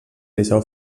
liceu